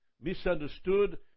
misunderstood